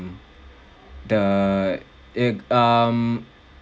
the e~ um